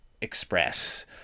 express